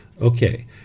Okay